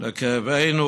לכן,